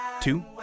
two